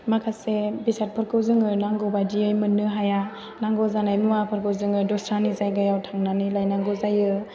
माखासे बेसादफोरखौ जोङो नांगौबादियै मोननो हाया नांगौ जानाय मुवाफोरखौ जोङो दस्रानि जायगायाव थांनानै लायनांगौ जायो